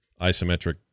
isometric